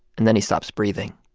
and then he stops breathing.